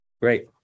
Great